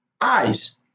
eyes